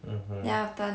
mmhmm